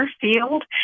field